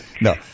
No